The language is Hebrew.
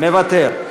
מוותר.